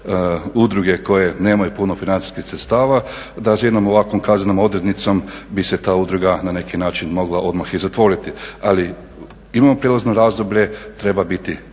udruge koje nemaju puno financijskih sredstava, da s jednom ovakvom kaznenom odrednicom bi se ta udruga na neki način mogla odmah i zatvorit. Ali, imamo prijelazno razdoblje, treba biti